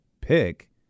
pick